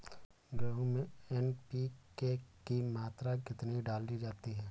गेहूँ में एन.पी.के की मात्रा कितनी डाली जाती है?